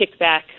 kickback